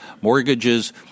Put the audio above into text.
mortgages